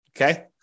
Okay